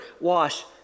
wash